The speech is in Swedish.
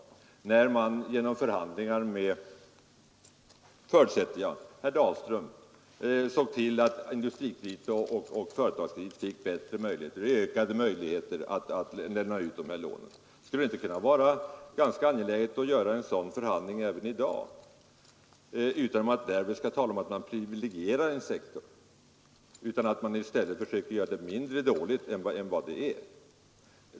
Det var när man genom förhandlingar — jag förutsätter att det var med Lennart Dahlström — såg till att Industrikredit och Företagskredit fick ökade möjligheter att lämna ut sådana här lån. Skulle det inte vara ganska angeläget med en sådan förhandling även i dag? Man behöver inte tala om att en viss sektor därigenom privilegieras utan bara om att man gör dess situation mindre dålig än för närvarande.